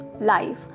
life